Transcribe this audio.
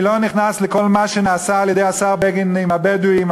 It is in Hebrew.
אני לא נכנס לכל מה שנעשה על-ידי השר בגין עם הבדואים.